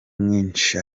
mwinshi